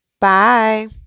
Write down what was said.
bye